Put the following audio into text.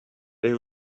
they